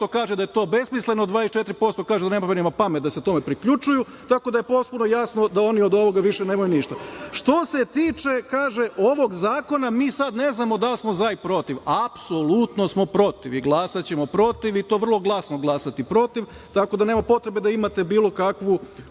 kaže da je to besmisleno, a 24% kaže da im ne pada na pamet da se tome priključuju, tako da je posve jasno da oni od ovoga više nemaju ništa. Što se tiče ovog zakona mi sada ne znamo da li smo za ili protiv. Apsolutno smo protiv i glasaćemo protiv i to vrlo glasno glasati protiv, tako da nema potrebe da imate bilo kakvu